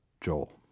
Joel